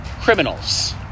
criminals